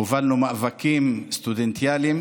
הובלנו מאבקים סטודנטיאליים